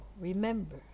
remember